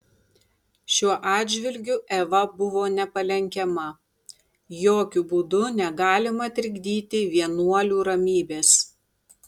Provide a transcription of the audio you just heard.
šiuo atžvilgiu eva buvo nepalenkiama jokiu būdu negalima trikdyti vienuolių ramybės